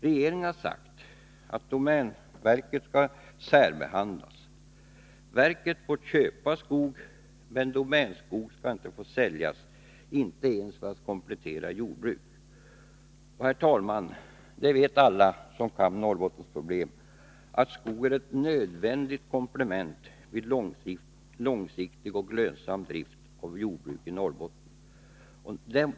Regeringen har sagt att domänverket skall särbehandlas. Verket får köpa skog, men domänskog skall ej få säljas, inte ens för komplettering av jordbruk. Herr talman! Alla som känner till Norrbottens problem vet att skog är ett nödvändigt komplement vid långsiktig och lönsam drift av jordbruk i Norrbotten.